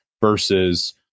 versus